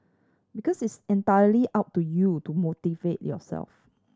because it's entirely up to you to motivate yourself